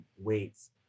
weights